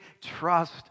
trust